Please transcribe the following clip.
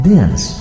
Dance